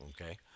okay